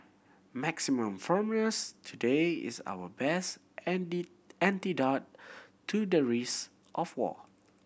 maximum firmness today is our best antidote to the risk of war